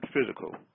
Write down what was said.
physical